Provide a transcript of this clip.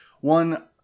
one